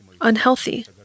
unhealthy